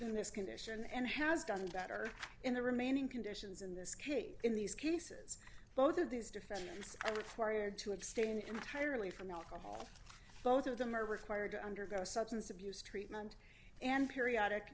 in this condition and has done better in the remaining conditions in this case in these cases both of these defendants are required to abstain entirely from alcohol both of them are required to undergo substance abuse treatment and periodic